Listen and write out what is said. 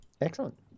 Excellent